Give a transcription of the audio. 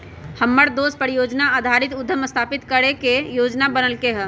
हमर दोस परिजोजना आधारित उद्यम स्थापित करे के जोजना बनलकै ह